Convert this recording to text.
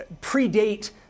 predate